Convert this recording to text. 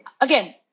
again